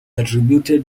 attributed